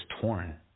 torn